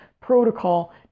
protocol